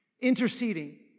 interceding